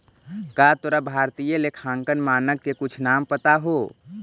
का तोरा भारतीय लेखांकन मानक के कुछ नाम पता हो?